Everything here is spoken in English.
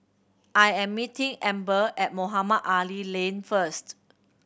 I am meeting Amber at Mohamed Ali Lane first